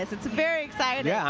it's it's very exciting. yeah